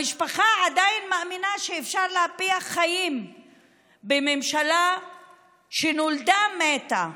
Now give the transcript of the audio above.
המשפחה עדיין מאמינה שאפשר להפיח חיים בממשלה שנולדה מתה.